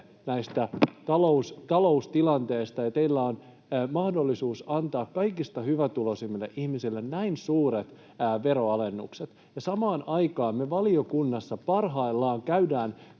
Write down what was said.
tästä taloustilanteesta, ja teillä on mahdollisuus antaa kaikista hyvätuloisimmille ihmisille näin suuret veroalennukset, ja samaan aikaan me valiokunnassa parhaillaan käydään